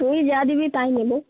তুই যা দিবি তাই নেব